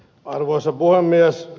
arvoisa puhemies